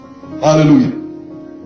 Hallelujah